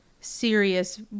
serious